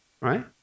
right